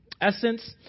essence